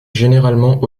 généralement